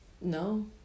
No